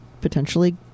Potentially